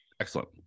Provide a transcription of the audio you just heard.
Excellent